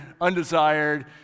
undesired